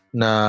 na